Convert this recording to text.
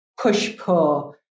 push-pull